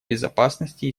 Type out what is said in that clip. безопасности